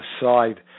side